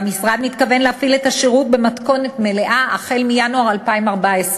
והמשרד מתכוון להפעיל את השירות במתכונת מלאה החל מינואר 2014,